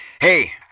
Hey